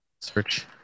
search